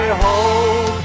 hold